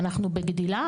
ואנחנו בגדילה,